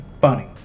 funny